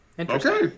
Okay